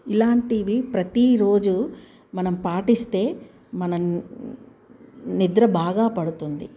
ఇలాంటివి ప్రతీరోజు మనం పాటిస్తే మన నిద్ర బాగా పడుతుంది